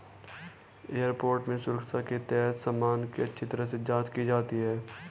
airport में सुरक्षा के तहत सामान की अच्छी तरह से जांच की जाती है